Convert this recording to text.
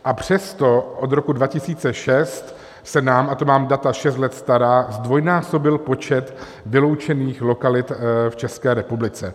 A přesto od roku 2006 se nám, a to mám data šest let stará, zdvojnásobil počet vyloučených lokalit v České republice.